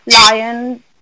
lion